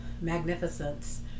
magnificence